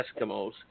Eskimos